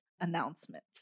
announcement